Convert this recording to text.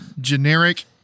generic